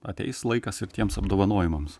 ateis laikas ir tiems apdovanojimams